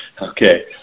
okay